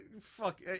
fuck